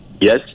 Yes